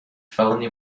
felony